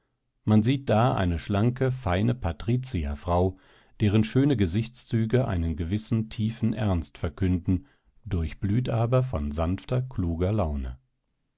man sieht da eine schlanke feine patrizierfrau deren schöne gesichtszüge einen gewissen tiefen ernst verkünden durchblüht aber von sanfter kluger laune